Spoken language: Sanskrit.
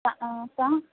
साम्